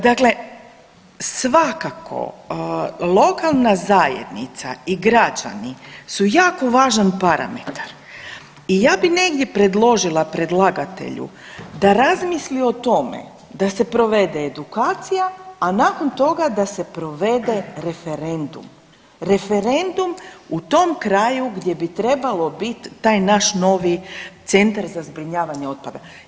Dakle, svakako lokalna zajednica i građani su jako važan parametar i ja bi negdje predložila predlagatelju da razmisli o tome da se provede edukacija, a nakon toga da se provede referendum, referendum u tom kraju gdje bi trebalo biti taj naš novi Centar za zbrinjavanje otpada.